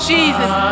Jesus